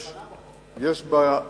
דרך אגב, יש הבחנה בחוק.